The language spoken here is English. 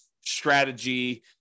strategy